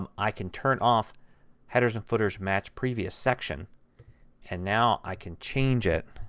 um i can turn off headers and footers match previous section and now i can change it